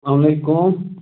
سلامُ علیکُم